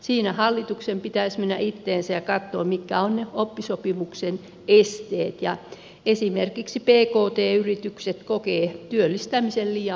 siinä hallituksen pitäisi mennä itseensä ja katsoa mitkä ovat ne oppisopimuksen esteet ja esimerkiksi pkt yritykset kokevat työllistämisen liian byrokraattiseksi